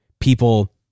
people